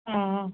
অ